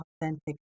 authentic